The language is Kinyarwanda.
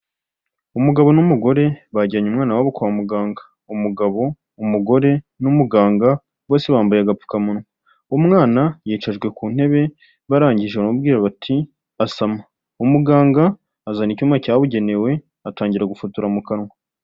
Umugabo n'umugore bajyanye umwana wabo kwa muganga, umugabo, umugore n'umuganga bose bambaye agapfukamunwa. Umwana yicajwe ku ntebe barangije baramubwira bati ''asama'' umuganga azana icyuma cyabugenewe atangira gufotora mu kanwa.